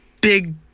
big